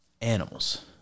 animals